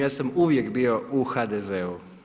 Ja sam uvijek bio u HDZ-u.